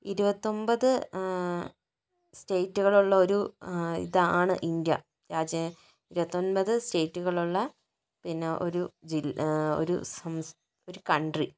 ഇരുപത്തൊൻപത് സ്റ്റേറ്റുകൾ ഉള്ള ഒരു ഇതാണ് ഇന്ത്യ രാജ്യ ഇരുപത്തൊൻപത് സ്റ്റേറ്റുകൾ ഉള്ള പിന്നെ ഒരു ജി ഒരു സമസ്ത ഒരു കൺട്രി ഉം